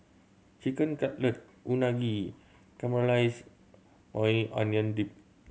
Chicken Cutlet Unagi Caramelized Maui Onion Dip